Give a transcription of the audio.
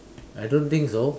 I don't think so